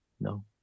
No